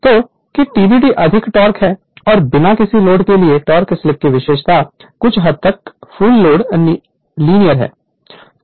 तो कि TBD अधिकतम टोक़ है और बिना किसी लोड के लिए टोक़ स्लीप की विशेषता कुछ हद तक फूल लोड लीनियर है